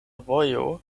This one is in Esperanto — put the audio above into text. vojo